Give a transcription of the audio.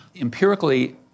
Empirically